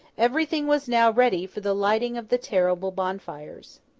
everything was now ready for the lighting of the terrible bonfires.